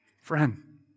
Friend